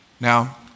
Now